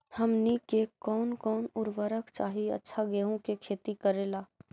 हमनी के कौन कौन उर्वरक चाही अच्छा गेंहू के खेती करेला?